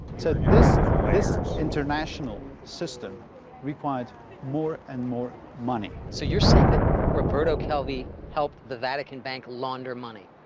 so, this international system required more and more money. so, you're saying that roberto calvi helped the vatican bank launder money?